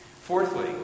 Fourthly